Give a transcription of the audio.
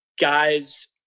guys